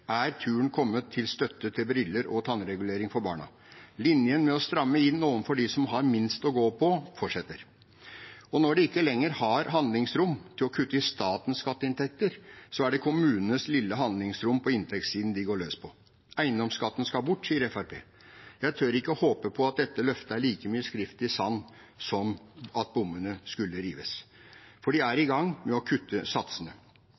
er turen kommet til støtte til briller og tannregulering for barna. Linjen med å stramme inn overfor dem som har minst å gå på, fortsetter. Når de ikke lenger har handlingsrom til å kutte i statens skatteinntekter, er det kommunenes lille handlingsrom på inntektssiden de går løs på. Eiendomsskatten skal bort, sier Fremskrittspartiet. Jeg tør ikke håpe på at dette løftet er like mye skrift i sand som at bommene skulle rives, for de er i gang med å kutte satsene.